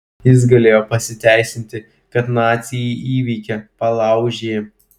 jis galėjo pasiteisinti kad naciai jį įveikė palaužė